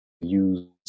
use